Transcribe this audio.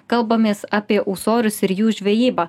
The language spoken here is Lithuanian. kalbamės apie ūsorius ir jų žvejybą